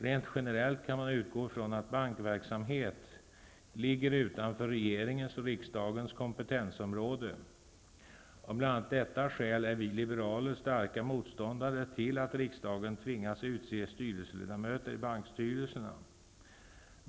Rent generellt kan man utgå från att bankverksamhet ligger utanför regeringens och riksdagens kompetensområde. Av bl.a. detta skäl är vi liberaler starka motståndare till att riksdagen tvingas utse styrelseledamöter i bankstyrelserna.